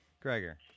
Gregor